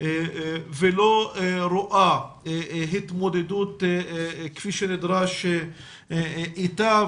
ולא רואה התמודדות כפי שנדרש איתה,